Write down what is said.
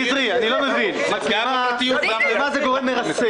מצלמה זה גורם מרסן